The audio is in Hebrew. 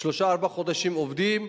שלושה-ארבעה חודשים עובדים,